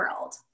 world